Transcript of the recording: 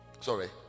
sorry